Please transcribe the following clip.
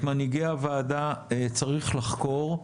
את מנהיגי הוועדה צריך לחקור,